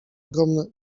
ogromne